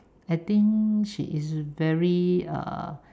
I think she is very err